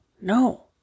No